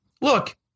Look